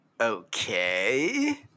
Okay